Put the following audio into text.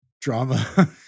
drama